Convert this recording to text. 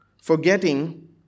Forgetting